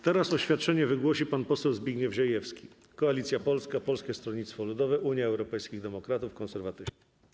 Teraz oświadczenie wygłosi pan poseł Zbigniew Ziejewski, Koalicja Polska - Polskie Stronnictwo Ludowe, Unia Europejskich Demokratów, Konserwatyści.